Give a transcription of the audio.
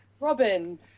Robin